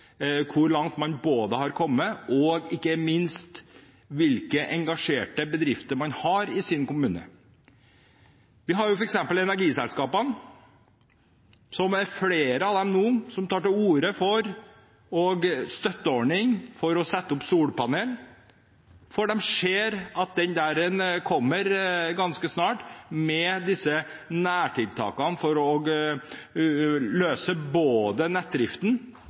hvor langt man har kommet, og ikke minst når det gjelder hvilke engasjerte bedrifter man har i sin kommune. Vi har f.eks. energiselskapene. Det er nå flere av dem som tar til orde for støtteordning for å sette opp solpanel, for de ser at disse nærtiltakene for å løse nettdriften kommer ganske snart,